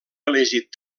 reelegit